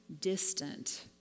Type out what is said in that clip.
distant